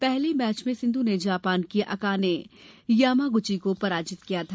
पहले मैच में सिंधु ने जापान की अकाने यामागूची को पराजित किया था